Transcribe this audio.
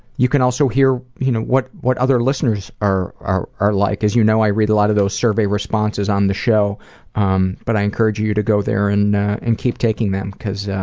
you can also hear, you know, what what other listeners are are like. as you know, i read a lot of those survey responses on the show um but i encourage you you to go there and and keep taking them because